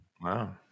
Wow